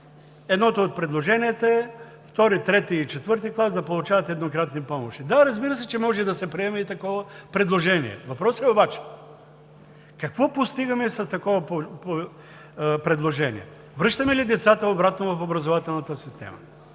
Едно от предложенията е II, III и IV клас да получават еднократни помощи. Да, разбира се, че може да се приеме и такова предложение. Въпросът обаче е: какво постигаме с такова предложение? Връщаме ли децата обратно в образователната система?